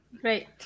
Great